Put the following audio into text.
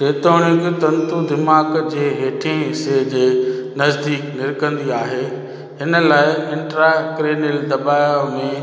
जेतोणीक तंतु दीमाग़ु जे हेठें हिस्से जे नज़दीक निरकंदी आहे हिन लाइ इंट्राक्रैनील दॿाउ में